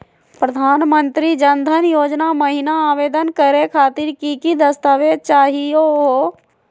प्रधानमंत्री जन धन योजना महिना आवेदन करे खातीर कि कि दस्तावेज चाहीयो हो?